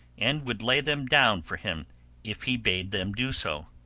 and would lay them down for him if he bade them do so.